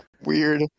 weird